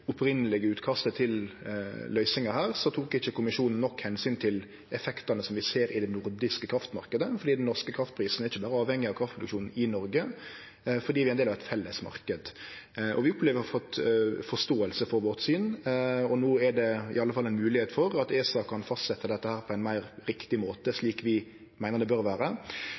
utkastet til løysing her, tok ikkje Kommisjonen nok omsyn til effektane som vi ser i den nordiske kraftmarknaden. For den norske kraftprisen er ikkje berre avhengig av kraftproduksjonen i Noreg, fordi vi er ein del av ein felles marknad. Vi opplever å ha fått forståing for vårt syn, og no er det i alle fall ei moglegheit for at ESA kan fastsetje dette på ein meir rett måte, slik vi meiner det burde vere.